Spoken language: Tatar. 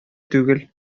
түгел